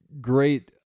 great